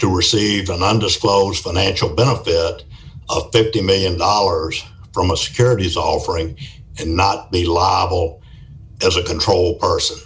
to receive an undisclosed financial benefit of fifty million dollars from a securities all free and not be labile as a control person